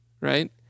right